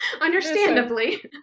Understandably